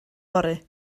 fory